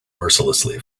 mercilessly